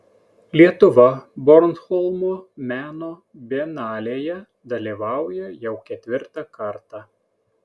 lietuva bornholmo meno bienalėje dalyvauja jau ketvirtą kartą